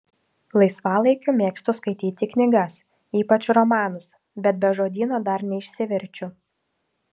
laisvalaikiu mėgstu skaityti knygas ypač romanus bet be žodyno dar neišsiverčiu